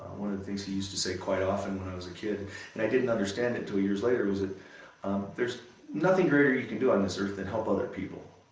one of things he used to say quite often when i was a kid and i didn't understand it until years later was that there's nothing greater you can do on this earth than help other people.